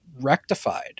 rectified